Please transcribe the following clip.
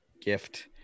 gift